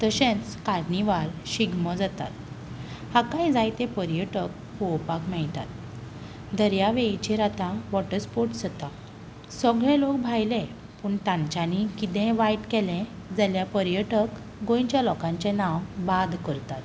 तशेंच कार्निवाल शिगमो जातात हाकाय जायते पर्यटक पळोवपाक मेळटात दर्यावेळीचेर आतां वोटर स्पोर्ट्स जाता सगळे लोक भायले पूण तांच्यांनी कितें वायट केलें जाल्यार पर्यटक गोंयच्या लोकांचें नांव बाद करतात